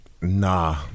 nah